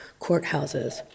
courthouses